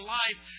life